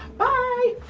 bye!